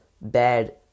bad